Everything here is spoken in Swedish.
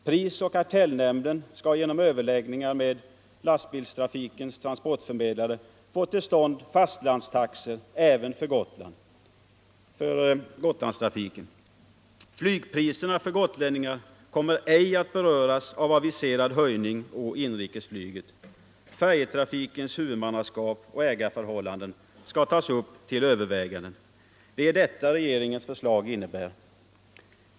Prisoch kartellnämnden skall genom överläggningar med lastbilstrafikens transportförmedlare få till stånd fastlandstaxor även för Gotlandstrafiken. Flygpriserna för gotlänningar kommer ej att beröras av aviserad höjning av inrikesflygets priser. Färjetrafikens huvudmannaskaps-och ägarförhållanden skall tas upp till överväganden. Det är detta regeringens förslag innebär.